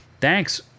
thanks